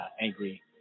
angry